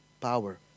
power